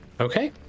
Okay